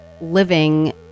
living